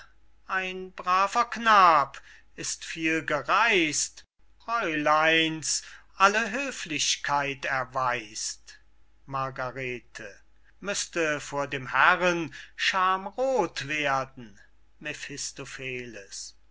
ein braver knab ist viel gereis't fräuleins alle höflichkeit erweis't margarete müßte vor dem herren schamroth werden